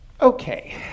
Okay